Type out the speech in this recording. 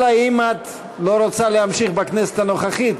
אלא אם כן את לא רוצה להמשיך בכנסת הנוכחית,